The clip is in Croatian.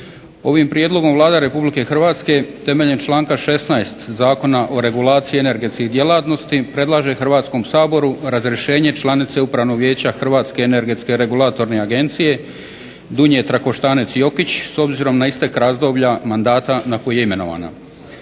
Ovim prijedlogom Vlada Republike Hrvatske temeljem članka 16. Zakona o regulaciji energetskih djelatnosti predlaže Hrvatskom saboru razrješenje članice Upravnog vijeća Hrvatske energetske regulatorne agencije Dunje Trakoštanec Jokić s obzirom na istek razdoblja mandata na koji je imenovana.